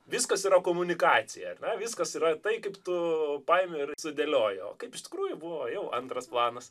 viskas yra komunikacija ar ne viskas yra tai kaip tu paimi ir sudėlioji o kaip iš tikrųjų buvo jau antras planas